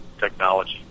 technology